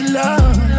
love